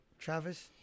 Travis